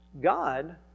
God